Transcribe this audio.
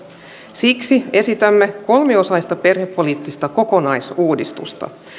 siksi esitämme kolmiosaista perhepoliittista kokonaisuudistusta